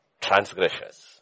transgressors